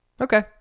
Okay